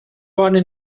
bona